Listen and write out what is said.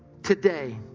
Today